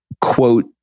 quote